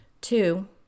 Two